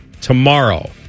tomorrow